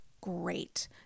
great